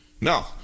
No